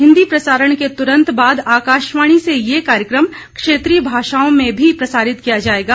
हिन्दी प्रसारण के तुरंत बाद आकाशवाणी से यह कार्यक्रम क्षेत्रीय भाषाओं में भी प्रसारित किया जाएगा